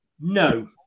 No